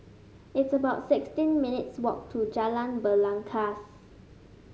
it's about sixteen minutes' walk to Jalan Belangkas